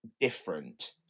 different